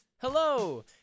Hello